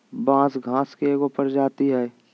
बांस घास के एगो प्रजाती हइ